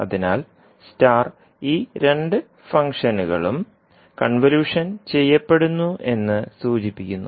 അതിനാൽ ഈ രണ്ട് ഫംഗ്ഷനുകളും കൺവല്യൂഷൻ ചെയ്യപ്പെടുന്നു എന്ന് സൂചിപ്പിക്കുന്നു